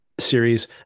series